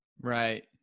Right